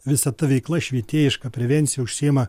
visa ta veikla švietėjiška prevencija užsiima